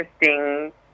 interesting